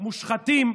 מושחתים,